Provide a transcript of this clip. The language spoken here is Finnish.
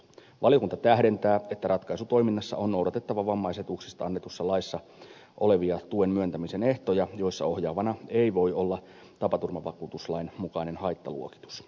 valiokunta tähdentää että ratkaisutoiminnassa on noudatettava vammaisetuuksista annetussa laissa olevia tuen myöntämisen ehtoja joissa ohjaavana ei voi olla tapaturmavakuutuslain mukainen haittaluokitus